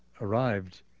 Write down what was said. arrived